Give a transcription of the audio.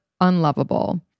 unlovable